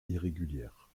irrégulière